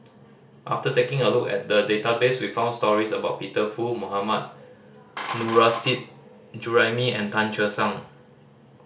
after taking a look at the database we found stories about Peter Fu Mohammad Nurrasyid Juraimi and Tan Che Sang